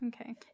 Okay